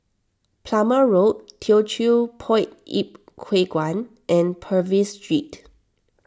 Plumer Road Teochew Poit Ip Huay Kuan and Purvis Street